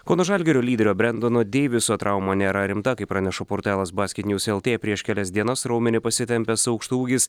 kauno žalgirio lyderio brendono deiviso trauma nėra rimta tai praneša portalas basketnews lt prieš kelias dienas raumenį pasitempęs aukštaūgis